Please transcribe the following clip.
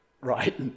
right